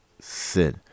sin